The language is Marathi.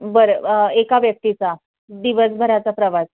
बरं एका व्यक्तीचा दिवसभराचा प्रवास